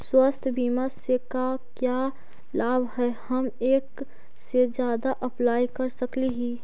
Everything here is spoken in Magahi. स्वास्थ्य बीमा से का क्या लाभ है हम एक से जादा अप्लाई कर सकली ही?